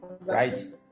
right